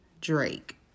Drake